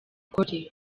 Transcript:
ukore